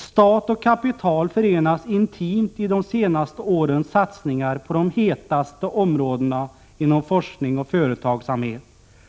Stat och kapital förenas intimt i de senaste årens satsningar på de hetaste områdena inom forskning och företagsamhet